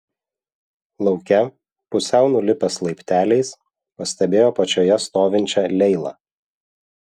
lauke pusiau nulipęs laipteliais pastebėjo apačioje stovinčią leilą